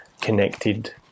connected